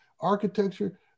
architecture